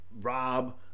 rob